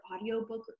audiobook